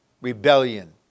rebellion